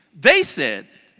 they said,